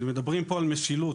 מדברים פה על משילות,